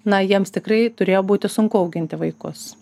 na jiems tikrai turėjo būti sunku auginti vaikus